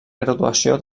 graduació